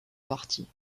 parti